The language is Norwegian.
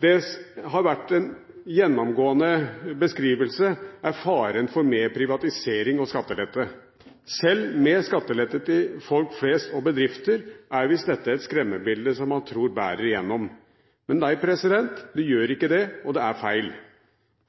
Det som har vært en gjennomgående beskrivelse, er faren for mer privatisering og skattelette. Selv med skattelette til folk flest og bedrifter er visst dette et skremmebilde som man tror bærer gjennom. Men nei, det gjør ikke det, og det er feil.